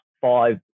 five